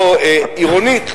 לא עירונית,